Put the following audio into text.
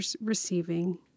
receiving